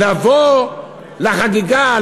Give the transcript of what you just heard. לבוא לחגיגה,